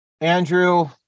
Andrew